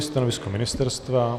Stanovisko ministerstva?